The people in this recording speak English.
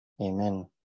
Amen